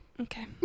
Okay